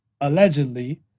allegedly